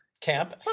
Camp